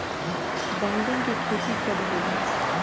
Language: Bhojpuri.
बैंगन के खेती कब होला?